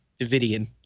davidian